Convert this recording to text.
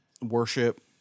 worship